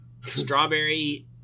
Strawberry